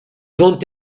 vont